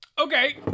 Okay